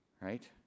right